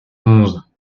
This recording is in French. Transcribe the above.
onze